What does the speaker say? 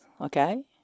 Okay